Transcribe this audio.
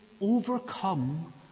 overcome